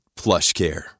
PlushCare